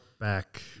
back